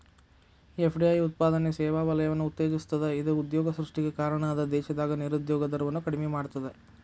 FDI ಉತ್ಪಾದನೆ ಸೇವಾ ವಲಯವನ್ನ ಉತ್ತೇಜಿಸ್ತದ ಇದ ಉದ್ಯೋಗ ಸೃಷ್ಟಿಗೆ ಕಾರಣ ಅದ ದೇಶದಾಗ ನಿರುದ್ಯೋಗ ದರವನ್ನ ಕಡಿಮಿ ಮಾಡ್ತದ